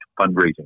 fundraising